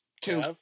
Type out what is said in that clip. Two